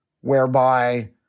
whereby